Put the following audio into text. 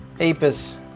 apis